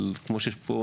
כמו שיש פה,